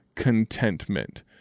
contentment